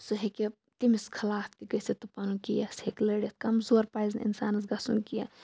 سُہ ہیکہِ تٔمِس خلاف تہِ گٔژِتھ تہٕ پَنُن کیس ہیکہِ لٔڑِتھ کَمزور پَزِنہ اِنسانَس گَژھُن کیٚنٛہہ